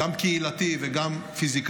גם קהילתי וגם פיזי.